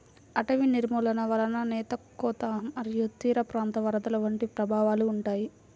అటవీ నిర్మూలన వలన నేల కోత మరియు తీరప్రాంత వరదలు వంటి ప్రభావాలు ఉంటాయి